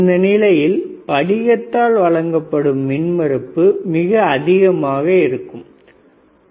இந்த நிலையில் படிகத்தால் வழங்கப்படும் மின் மறுப்பு மிக அதிகமாக இருக்கும் 3